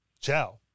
Ciao